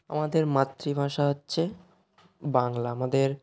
আমাদের মাতৃভাষা হচ্ছে বাংলা আমাদের